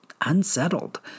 unsettled